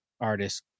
artist